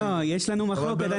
לא, יש לנו מחלוקת.